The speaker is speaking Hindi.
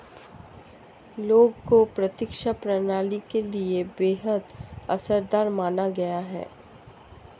लौंग को प्रतिरक्षा प्रणाली के लिए बेहद असरदार माना गया है